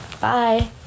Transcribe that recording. bye